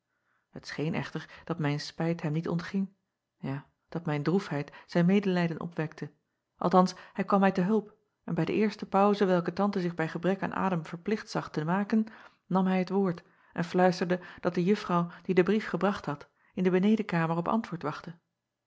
et scheen echter dat mijn spijt hem niet ontging ja dat mijn droefheid zijn medelijden opwekte althans hij kwam mij te hulp en bij de eerste pauze welke ante zich bij gebrek aan adem verplicht zag te maken nam hij het woord en fluisterde dat de uffrouw die den brief gebracht had in de benedenkamer op antwoord wachtte